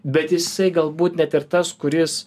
bet jisai galbūt net ir tas kuris